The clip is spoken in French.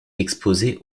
exposée